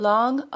Long